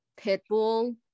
Pitbull